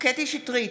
קטי קטרין שטרית,